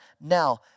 Now